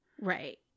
Right